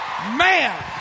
man